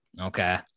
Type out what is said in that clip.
okay